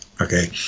okay